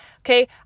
Okay